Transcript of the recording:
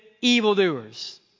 evildoers